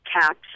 caps